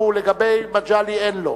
לגבי מגלי והבה אין לו,